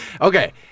Okay